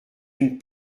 une